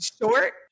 Short